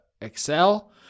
Excel